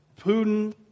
Putin